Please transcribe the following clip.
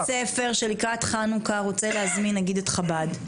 יש נגיד בית ספר שלקראת חנוכה רוצה להזמין נגיד את חב"ד.